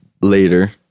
later